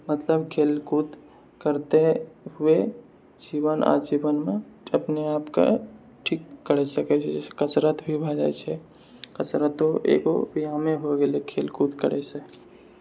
मतलब खेल कूद करते हुए जीवन आओर जीवनमे अपने आपके ठीक कर सकै छियै जैसे कसरत भी भए जाइ छै कसरतो एगो व्यायमे हो गेले खेल कूद करै सँ